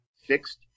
fixed